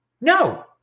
No